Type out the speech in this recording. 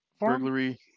Burglary